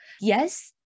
Yes